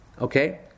Okay